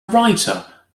writer